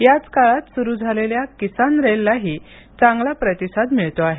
याच काळात सुरू झालेल्या किसान रेललाही चांगला प्रतिसाद मिळतो हे